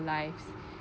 lives